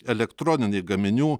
elektroninė gaminių